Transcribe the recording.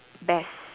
best